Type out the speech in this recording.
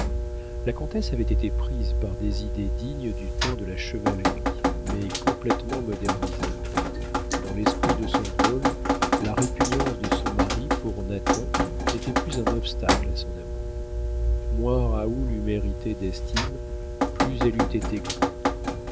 la comtesse avait été prise par des idées dignes du temps de la chevalerie mais complétement modernisées dans l'esprit de son rôle la répugnance de son mari pour nathan n'était plus un obstacle à son amour moins raoul eût mérité d'estime plus elle eût été grande